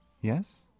Yes